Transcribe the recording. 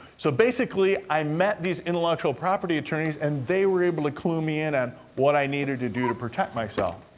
so, basically, i met these intellectual property attorneys, and they were able to clue me in on and what i needed to do to protect myself,